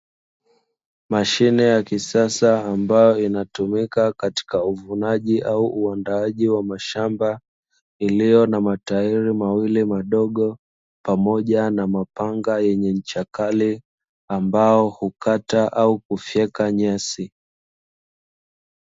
Mashine ya kisasa ambayo inatumika katika uvunaji au uandaaji wa mashamba, iliyo na matairi mawili madogo pamoja na mapanga yenye ncha kali ambao hukata au kufyeka nyasi.